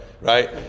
right